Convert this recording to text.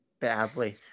badly